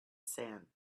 sand